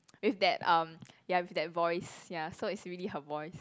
with that um ya with that voice ya so it's really her voice